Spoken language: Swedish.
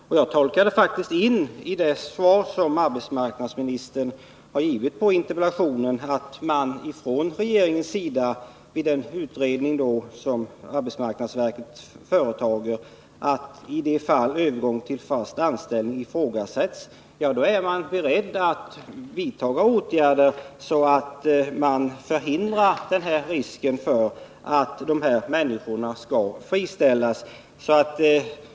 Det svar på interpellationen som arbetsmarknadsministern har givit här tolkade jag faktiskt så att regeringen, mot bakgrund av den utredning som arbetsmarknadsverket genomför, i de fall fast anställning ifrågasätts är beredd att vidta åtgärder, så att man undanröjer risken för att de här människorna friställs.